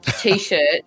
T-shirt